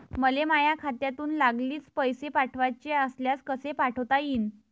मले माह्या खात्यातून लागलीच पैसे पाठवाचे असल्यास कसे पाठोता यीन?